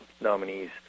nominees